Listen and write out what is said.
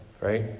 right